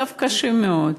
במצב קשה מאוד.